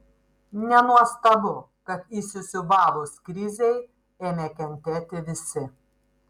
nenuostabu kad įsisiūbavus krizei ėmė kentėti visi